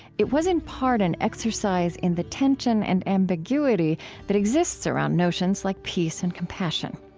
it was in part an exercise in the tension and ambiguity that exists around notions like peace and compassion.